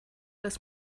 dass